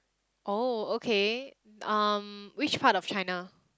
oh okay um which part of China